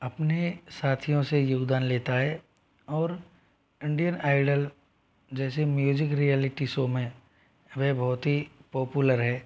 अपने साथियों से योगदान लेता है और इंडियन आयडल जैसे म्यूजिक रियलिटी शो में वह बहुत ही पॉपुलर है